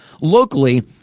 locally